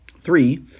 three